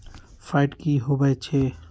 Fat की होवछै?